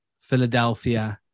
Philadelphia